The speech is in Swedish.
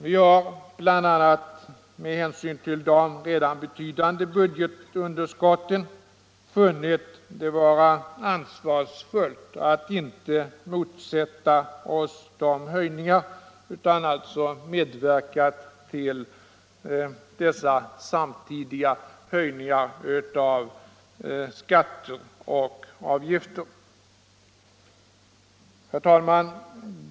Vi har bl.a. med hänsyn till de redan betydande budgetunderskotten funnit det vara ansvarsfullt att inte motsätta oss utan i stället medverka till dessa samtidiga höjningar av skatter och avgifter. Herr talman!